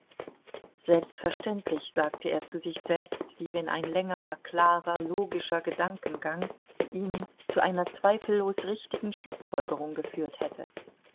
selbstverständlich sagte er zu sich selbst wie wenn ein längerer klarer logischer gedankengang ihn zu einer zweifellos richtigen schlußfolgerung geführt hätte